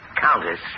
countess